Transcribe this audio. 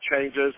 changes